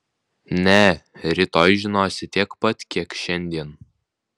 ne rytoj žinosi tiek pat kiek šiandien